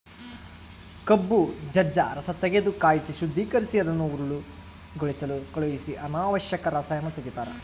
ಕಬ್ಬು ಜಜ್ಜ ರಸತೆಗೆದು ಕಾಯಿಸಿ ಶುದ್ದೀಕರಿಸಿ ಅದನ್ನು ಹರಳುಗೊಳಿಸಲು ಕಳಿಹಿಸಿ ಅನಾವಶ್ಯಕ ರಸಾಯನ ತೆಗಿತಾರ